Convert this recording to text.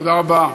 תודה רבה.